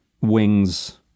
wings